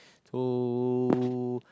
so